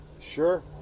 Sure